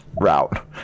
route